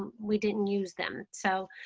we didn't use them. so